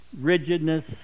rigidness